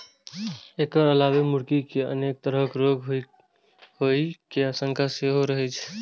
एकर अलावे मुर्गी कें अनेक तरहक रोग होइ के आशंका सेहो रहै छै